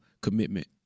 commitment